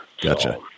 Gotcha